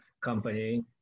company